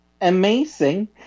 amazing